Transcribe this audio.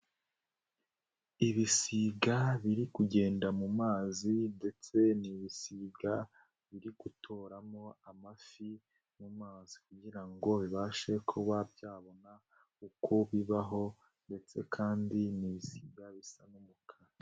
Ibisiga biri kugenda mu mazi ndetse ni ibisiga biri gutoramo amafi mu mazi kugira ngo bibashe kuba byabona uko bibaho ndetse kandi ni ibisiga bisa n'umukara.